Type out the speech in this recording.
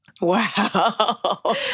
Wow